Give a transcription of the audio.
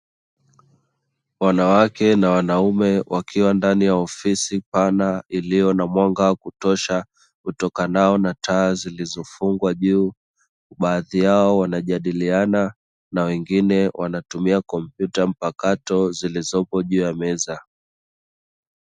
Wanawake na wanaume wakiwa ndani ya ofisi pana iliyo na mwanga wa kutosha utokanao na taa zilizo fungwa juu, baadhi yao wanajadiliana na wengine wanatumia kompyuta mpakato zilizopo juu ya meza.